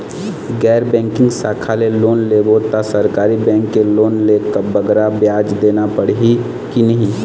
गैर बैंकिंग शाखा ले लोन लेबो ता सरकारी बैंक के लोन ले बगरा ब्याज देना पड़ही ही कि नहीं?